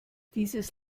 dieses